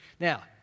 Now